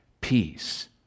peace